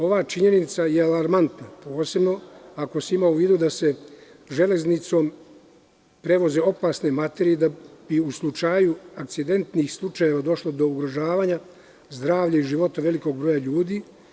Ova činjenica je alarmanta, posebno ako se ima u vidu da se železnicom prevoze opasne materije i u slučaju incidentih slučajeva došlo bi do ugrožavanja zdravlja i života velikog broja ljudi.